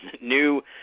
new